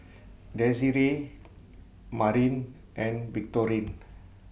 Desirae Marin and Victorine